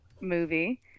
movie